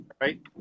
right